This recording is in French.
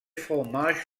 fromages